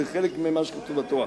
זה חלק ממה שכתוב בתורה.